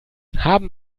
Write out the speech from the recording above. haben